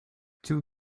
two